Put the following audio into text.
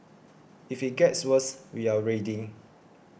if it gets worse we are ready